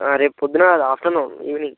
రేపు ప్రొద్దున కాదు ఆఫ్టర్నూన్ ఈవినింగ్